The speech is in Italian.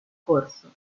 corso